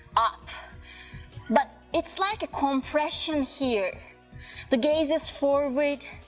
ah but it's like a compression here the gaze is forward,